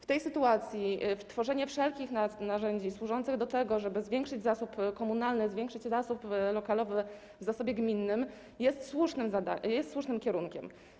W tej sytuacji tworzenie wszelkich narzędzi służących do tego, żeby zwiększyć zasób komunalny, zwiększyć zasób lokalowy w zasobie gminnym, jest słusznym kierunkiem.